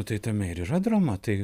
tai tame ir yra drama tai